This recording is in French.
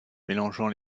mélangeant